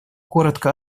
коротко